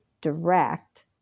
direct